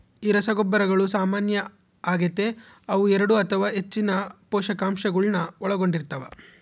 ಈ ರಸಗೊಬ್ಬರಗಳು ಸಾಮಾನ್ಯ ಆಗತೆ ಅವು ಎರಡು ಅಥವಾ ಹೆಚ್ಚಿನ ಪೋಷಕಾಂಶಗುಳ್ನ ಒಳಗೊಂಡಿರ್ತವ